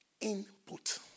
input